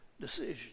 decision